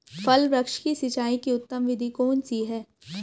फल वृक्ष की सिंचाई की उत्तम विधि कौन सी है?